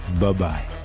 bye-bye